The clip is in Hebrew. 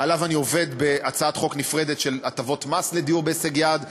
שעליו אני עובד בהצעת חוק נפרדת של הטבות מס לדיור בהישג יד,